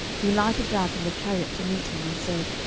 he lighted down from the chariot to meet him, and said,